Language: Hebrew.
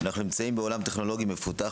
אנחנו נמצאים בעולם טכנולוגי מפותח,